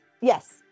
yes